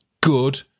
good